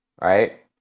right